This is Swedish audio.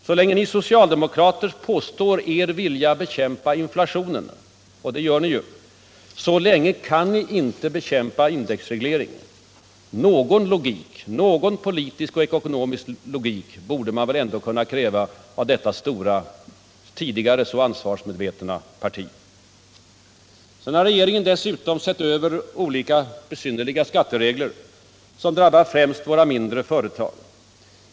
Så länge ni socialdemokrater påstår er vilja bekämpa inflationen — och det gör ni ju — kan ni inte bekämpa indexreglering. Någon logik — politisk och ekonomisk — borde man ändå kunna kräva av detta stora, tidigare ansvarsmedvetna parti. Regeringen har dessutom sett över olika besynnerliga skatteregler, som drabbar främst våra mindre företag.